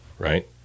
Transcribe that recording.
right